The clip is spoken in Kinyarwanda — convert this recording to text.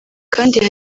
kandi